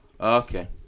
Okay